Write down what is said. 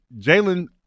Jalen